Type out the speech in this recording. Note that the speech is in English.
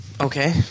Okay